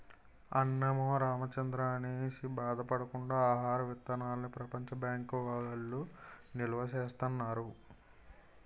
అన్నమో రామచంద్రా అనేసి బాధ పడకుండా ఆహార విత్తనాల్ని ప్రపంచ బ్యాంకు వౌళ్ళు నిలవా సేత్తన్నారు